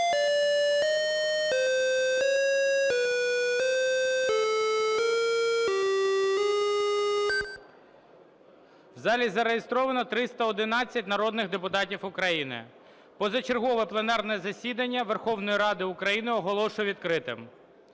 В залі зареєстровано 311 народних депутатів України. Позачергове пленарне засідання Верховної Ради України оголошую відкритим.